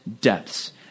depths